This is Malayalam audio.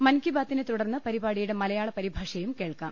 മൻകി ബാതിനെ തുടർന്ന് പരിപാടിയുടെ മലയാള പരിഭാഷയും കേൾക്കാം